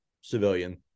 civilian